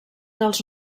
dels